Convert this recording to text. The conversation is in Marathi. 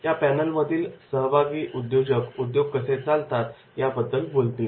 या पॅनल मधील सहभागी उद्योजक उद्योग कसे चालतात याबद्दल बोलतील